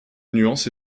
nuance